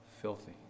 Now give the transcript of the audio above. filthy